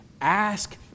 Ask